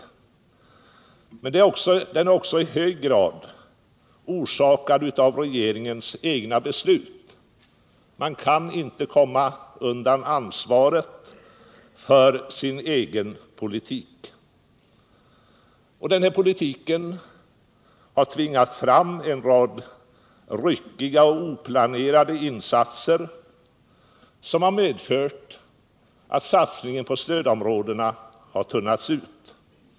Men utvecklingen är också i hög grad orsakad av regeringens egna beslut. Regeringen kan inte komma undan ansvaret för sin egen politik. Denna politik har tvingat fram en rad ryckiga och oplanerade insatser som har medfört att satsningen på stödomrfådena har tunnats ut.